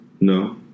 No